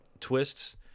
twists